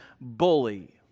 bully